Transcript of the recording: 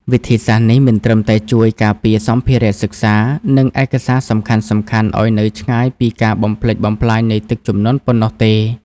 វិធីសាស្ត្រនេះមិនត្រឹមតែជួយការពារសម្ភារៈសិក្សា និងឯកសារសំខាន់ៗឱ្យនៅឆ្ងាយពីការបំផ្លិចបំផ្លាញនៃទឹកជំនន់ប៉ុណ្ណោះទេ។